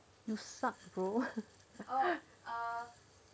you suck bro